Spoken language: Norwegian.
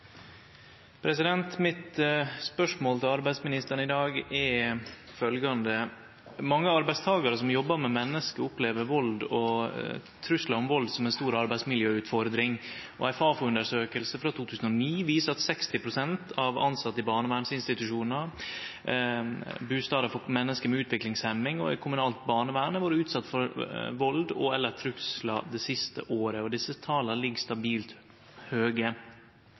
Mitt spørsmål til arbeidsministeren i dag er følgjande: «Mange arbeidstakarar som jobbar med menneske opplever vald og trugsmål om vald som ei stor arbeidsmiljøutfordring. Ei Fafo-undersøking frå 2009 viser at 60 pst. av dei tilsette i barnevernsinstitusjonar, bustader for menneske med utviklingshemming og i kommunalt barnevern har vore utsette for vald og/eller trugsmål det siste året. Desse tala ligg stabilt høge.